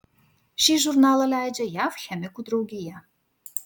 šį žurnalą leidžia jav chemikų draugija